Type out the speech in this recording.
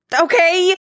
Okay